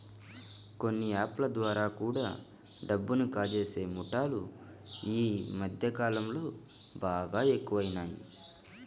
కొన్ని యాప్ ల ద్వారా కూడా డబ్బుని కాజేసే ముఠాలు యీ మద్దె కాలంలో బాగా ఎక్కువయినియ్